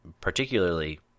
particularly